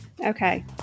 Okay